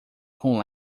com